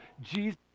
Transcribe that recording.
Jesus